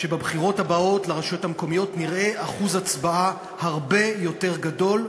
שבבחירות הבאות לרשויות המקומיות נראה אחוז הצבעה הרבה יותר גדול,